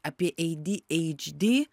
apie ei dy eidž dy